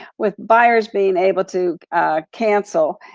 with buyers being able to cancel.